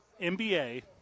NBA